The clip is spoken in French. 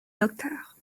docteur